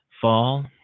fall